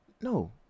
No